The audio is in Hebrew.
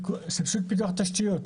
סבסוד פיתוח תשתיות,